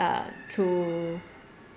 uh through